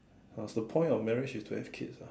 ah the point of marriage is to have kids lah